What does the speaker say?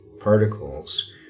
particles